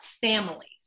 families